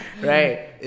Right